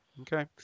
Okay